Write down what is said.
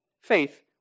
Faith